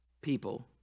people